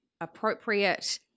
appropriate